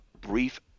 brief